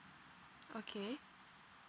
okay